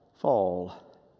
fall